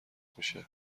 میشه